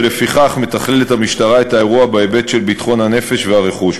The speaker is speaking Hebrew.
ולפיכך המשטרה מתכללת את האירוע בהיבט של ביטחון הנפש והרכוש.